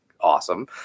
awesome